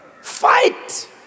fight